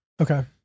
Okay